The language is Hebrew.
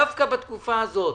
דווקא בתקופה הזאת,